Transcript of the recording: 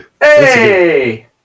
hey